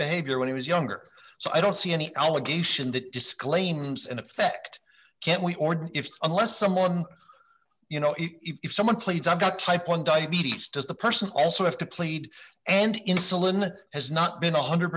behavior when he was younger so i don't see any allegation that disclaims in effect can we or if unless someone you know if someone played some got type one diabetes does the person also have to played and insulin has not been one hundred